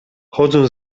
chodzę